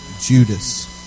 Judas